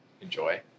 enjoy